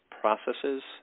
processes